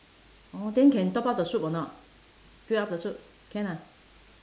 orh then can top up the soup or not fill up the soup can ah